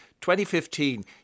2015